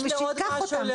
הם לא זכאי חוק שבות.